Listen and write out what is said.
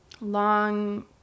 long